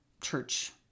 church